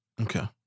Okay